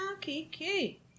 kiki